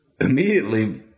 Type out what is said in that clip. Immediately